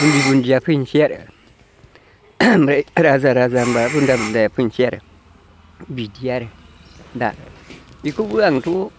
बुन्दि बुन्दिया फैनोसै आरो ओमफाय राजा राजा होनब्ला बुन्दा बुन्दाया फैनोसै आरो बिदि आरो दा बेखौबो आंथ'